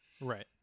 Right